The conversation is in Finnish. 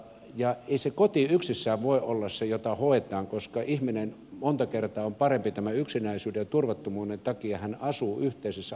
ei se koti yksissään voi olla se jota hoetaan koska ihmisen monta kertaa on parempi tämän yksinäisyyden ja turvattomuuden takia asua yhteisessä asunnossa